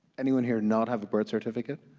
anyone here not have a birth certificate?